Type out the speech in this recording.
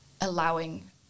allowing